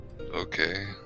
okay